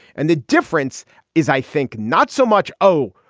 and the difference is, i think not so much. oh,